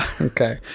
Okay